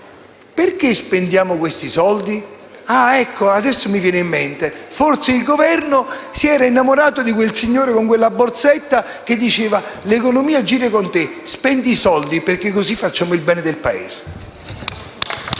perché spendiamo tutti quei soldi? Ecco, adesso mi viene in mente: forse il Governo si è innamorato di quel signore che, con una borsetta, diceva: «L'economia gira con te». Spendi i soldi, così facciamo il bene del Paese.